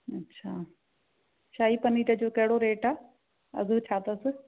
अच्छा शाही पनीर जो कहिड़ो रेट आहे अघि छा अथसि